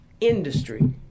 industry